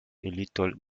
little